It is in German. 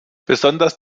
besonders